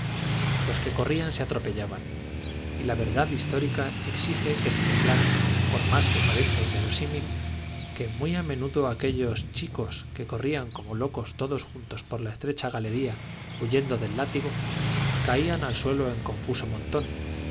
los que corrían se atropellaban y la verdad histórica exige que se declare por más que parezca inverosímil que muy a menudo aquellos chicos que corrían como locos todos juntos por la estrecha galería huyendo del látigo caían al suelo en confuso montón